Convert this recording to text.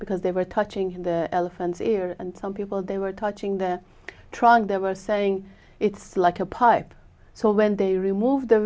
because they were touching the elephant's ear and some people they were touching the trunk there were saying it's like a pipe so when they removed the